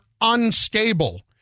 unstable